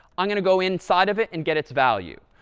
i'm going to go inside of it and get its value.